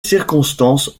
circonstances